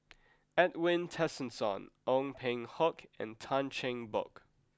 Edwin Tessensohn Ong Peng Hock and Tan Cheng Bock